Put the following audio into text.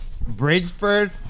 Bridgeford